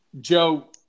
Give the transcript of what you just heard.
Joe